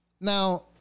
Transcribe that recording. Now